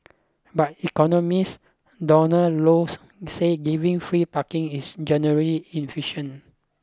but economist Donald Low said giving free parking is generally inefficient